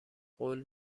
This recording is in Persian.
قول